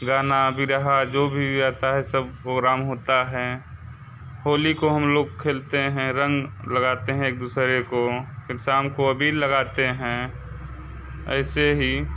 गाना बिरहा जो भी होता है सब प्रोग्राम होता है होली को हम लोग खेलते हैं रंग लगाते हैं एक दूसरे को फिर शाम को अभी लगाते हैं ऐसे ही